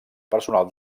personal